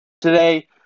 today